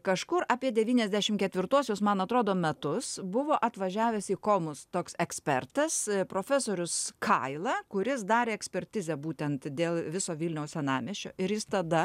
kažkur apie devyniasdešim ketvirtuosius man atrodo metus buvo atvažiavęs į komus toks ekspertas profesorius kaila kuris darė ekspertizę būtent dėl viso vilniaus senamiesčio ir jis tada